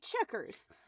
checkers